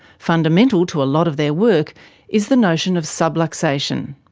fundamental to a lot of their work is the notion of subluxation.